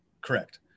Correct